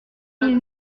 mille